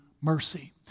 mercy